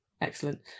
Excellent